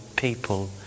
people